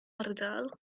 ardal